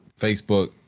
Facebook